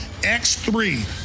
X3